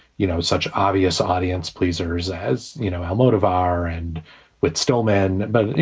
you know, such obvious audience pleasers as, you know, how motive are and which stole man. but, you